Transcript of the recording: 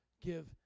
give